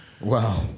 Wow